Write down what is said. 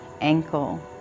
ankle